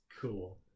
cool